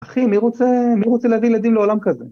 אחי, מי רוצה להביא ילדים לעולם כזה?